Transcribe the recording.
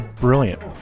brilliant